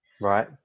Right